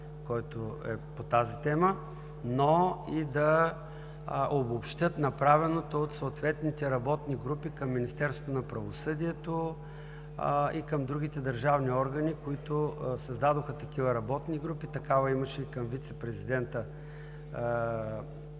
който е по тази тема, но и да обобщят направеното от съответните работни групи към Министерството на правосъдието и към другите държавни органи, които създадоха такива работни групи, такава имаше и към вицепремиера.